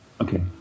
okay